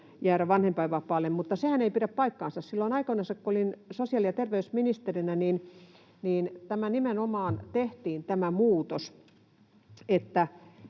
jäädä vanhempainvapaalle, mutta sehän ei pidä paikkaansa. Silloin aikoinansa, kun olin sosiaali- ja terveysministerinä, nimenomaan tehtiin tämä